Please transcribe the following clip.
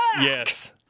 Yes